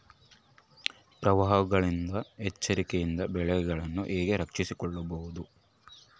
ಪ್ರವಾಹಗಳ ಎಚ್ಚರಿಕೆಯಿಂದ ಬೆಳೆಗಳನ್ನು ಹೇಗೆ ರಕ್ಷಿಸಿಕೊಳ್ಳಬಹುದು?